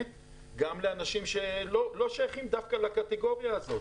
גם לאנשים שלא שייכים דווקא לקטגוריה הזאת.